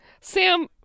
sam